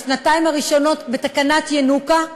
בשנתיים הראשונות זה יהיה בתקנת ינוקא,